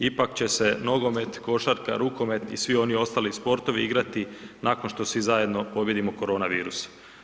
Ipak će se nogomet, košarka, rukomet i svi oni ostali sportovi igrati nakon što svi zajedno pobijedimo korona virus.